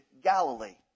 Galilee